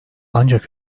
ancak